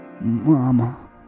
Mama